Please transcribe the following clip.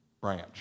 Branch